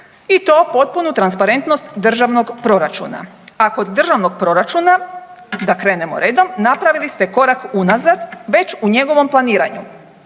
i to potpunu transparentnost državnog proračuna. A kod državnog proračuna da krenemo redom, napravili ste korak unazad već u njegovom planiranju